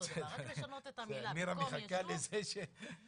----- כבר אין לנו כושר, תומר.